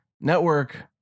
Network